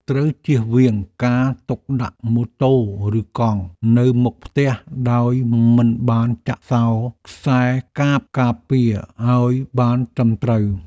ត្រូវជៀសវាងការទុកដាក់ម៉ូតូឬកង់នៅមុខផ្ទះដោយមិនបានចាក់សោរខ្សែកាបការពារឱ្យបានត្រឹមត្រូវ។